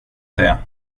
säga